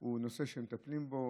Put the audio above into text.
הוא נושא שמטפלים בו,